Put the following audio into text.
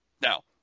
Now